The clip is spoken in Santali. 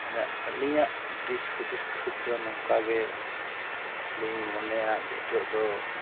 ᱢᱟᱱᱮ ᱟᱹᱞᱤᱧᱟᱜ ᱫᱤᱥᱦᱩᱫᱤᱥ ᱠᱷᱚᱡ ᱫᱚ ᱱᱚᱝᱟᱠᱜᱮ ᱞᱤᱧ ᱢᱚᱱᱮᱭᱟ ᱡᱮ ᱱᱤᱛᱚᱜ ᱫᱚ